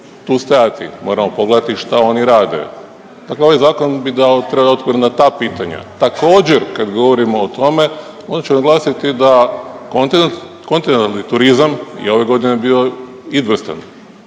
tu stajati, moramo pogledati šta oni rade. Dakle, ovaj zakon bi trebao dati odgovor na ta pitanja. Također kad govorimo o tome onda ću naglasiti da kontinentalni turizam je ove godine bio izvrstan,